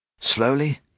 Slowly